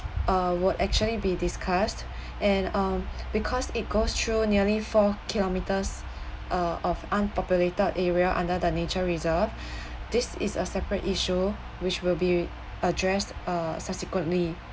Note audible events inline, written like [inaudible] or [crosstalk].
uh would actually be discussed and um because it goes through nearly four kilometers uh of unpopulated area under the nature reserve [breath] this is a separate issue which will be addressed uh subsequently